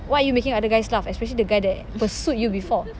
why are you making other guys laugh especially the guy that pursued you before